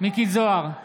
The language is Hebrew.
מיקי זוהר,